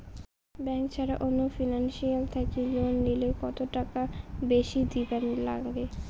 Bank ছাড়া অন্য financial থাকি লোন নিলে কতটাকা বেশি দিবার নাগে?